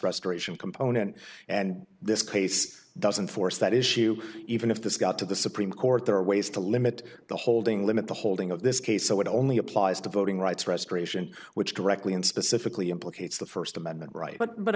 restoration component and this case doesn't force that is you even if this got to the supreme court there are ways to limit the holding limit the holding of this case so it only applies to voting rights restoration which directly and specifically implicates the first amendment right but